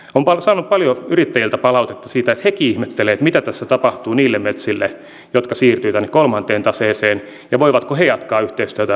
olen saanut paljon yrittäjiltä palautetta siitä että hekin ihmettelevät mitä tässä tapahtuu niille metsille jotka siirtyvät tänne kolmanteen taseeseen ja voivatko he jatkaa yhteistyötä luontopalvelujen kanssa